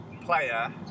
player